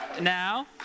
Now